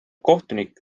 kohtunik